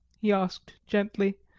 he asked gently,